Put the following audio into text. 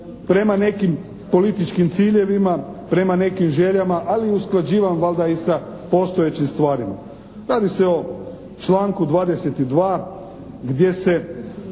prema nekim političkim ciljevima, prema nekim željama, ali i usklađivan valjda i sa postojećim stvarima. Radi se o članku 22. gdje se